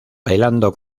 bailando